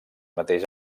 mateix